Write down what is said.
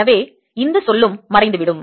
எனவே இந்த சொல்லும் மறைந்துவிடும்